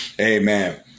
Amen